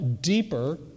deeper